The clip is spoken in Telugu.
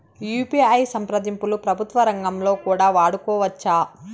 యు.పి.ఐ సంప్రదింపులు ప్రభుత్వ రంగంలో కూడా వాడుకోవచ్చా?